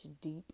deep